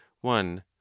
one